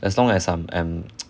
as long as I'm I'm